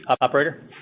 Operator